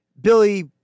Billy